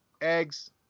eggs